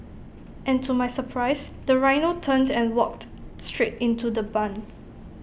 and to my surprise the rhino turned and walked straight into the barn